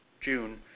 June